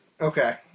Okay